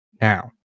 Now